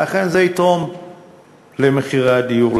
ואכן, זה יתרום לעליית מחירי הדיור.